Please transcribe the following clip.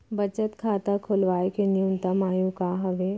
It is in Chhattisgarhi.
बचत खाता खोलवाय के न्यूनतम आयु का हवे?